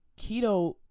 Keto